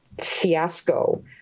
fiasco